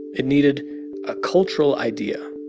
it needed a cultural idea.